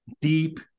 deep